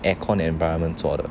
air con environment 做的